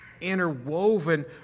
interwoven